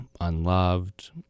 unloved